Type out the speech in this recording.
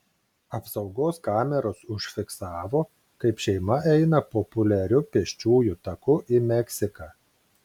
apsaugos kameros užfiksavo kaip šeima eina populiariu pėsčiųjų taku į meksiką